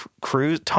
Cruise